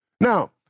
Now